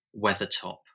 Weathertop